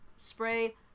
spray